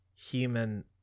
human